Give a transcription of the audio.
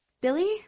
Billy